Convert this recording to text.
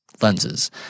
lenses